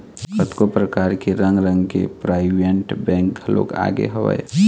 कतको परकार के रंग रंग के पराइवेंट बेंक घलोक आगे हवय